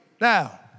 Now